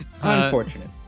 Unfortunate